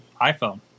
iPhone